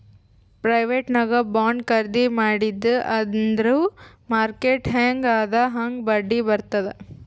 private ನಾಗ್ bond ಖರ್ದಿ ಮಾಡಿದಿ ಅಂದುರ್ ಮಾರ್ಕೆಟ್ ಹ್ಯಾಂಗ್ ಅದಾ ಹಾಂಗ್ ಬಡ್ಡಿ ಬರ್ತುದ್